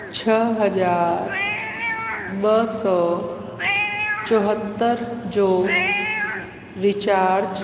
छह हज़ार ॿ सौ चोहतरि जो रीचार्ज